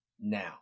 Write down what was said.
now